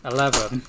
Eleven